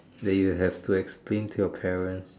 that you have to explain to your parents